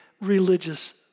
religious